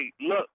look